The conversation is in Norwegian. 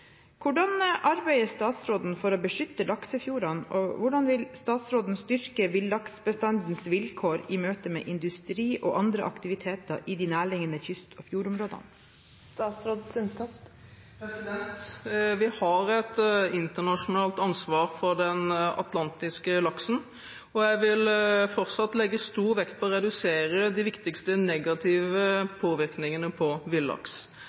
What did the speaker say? Hvordan arbeider statsråden for å beskytte laksefjordene, og hvordan vil statsråden styrke villaksbestandens vilkår i møte med industri og andre aktiviteter i de nærliggende kyst- og fjordområdene?» Vi har et internasjonalt ansvar for den atlantiske laksen, og jeg vil fortsatt legge stor vekt på å redusere de viktigste negative påvirkningene på villaks.